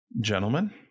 gentlemen